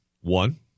One